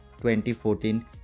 2014